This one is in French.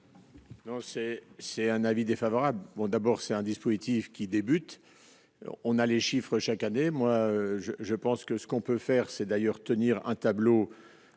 c'est un avis défavorable, bon, d'abord c'est un dispositif qui débute, on a les chiffres chaque année, moi je pense que ce qu'on peut faire, c'est d'ailleurs tenir un tableau